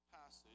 passage